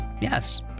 Yes